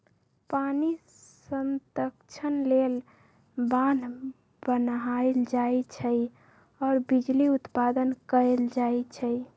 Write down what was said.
पानी संतक्षण लेल बान्ह बान्हल जाइ छइ आऽ बिजली उत्पादन कएल जाइ छइ